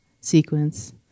sequence